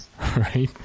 right